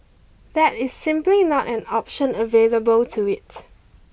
that is simply not an option available to it